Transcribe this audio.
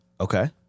Okay